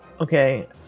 Okay